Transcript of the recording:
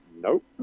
Nope